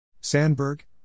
Sandberg